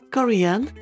Korean